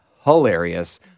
hilarious